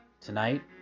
Tonight